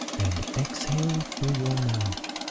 and exhale through your mouth.